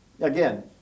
again